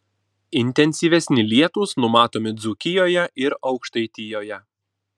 intensyvesni lietūs numatomi dzūkijoje ir aukštaitijoje